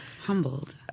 Humbled